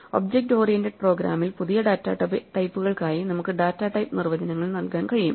object oriented പ്രോഗ്രാമിൽ പുതിയ data ടൈപ്പുകൾക്കായി നമുക്ക് ഡാറ്റാ ടൈപ്പ് നിർവചനങ്ങൾ നൽകാൻ കഴിയും